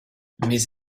mais